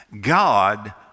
God